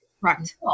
Right